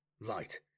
Light